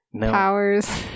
powers